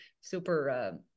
super